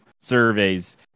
surveys